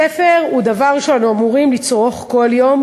ספר הוא דבר שאנו אמורים לצרוך בכל יום,